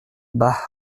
bah